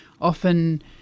often